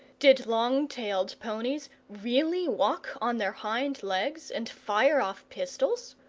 did long-tailed ponies really walk on their hind-legs and fire off pistols?